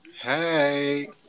Hey